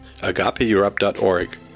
agapeeurope.org